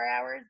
hours